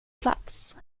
plats